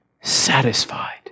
satisfied